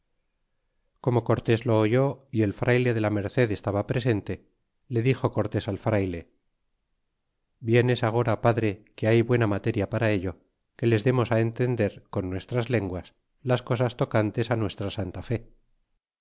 como cortés lo oyó y el frayle de la merced estaba presente le dixo cortés al frayle bien es agora padre que hay buena materia para ello que les demos entender con nuestras lenguas las cosas tocantes nuestra santa fe